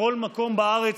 בכל מקום בארץ.